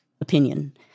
opinion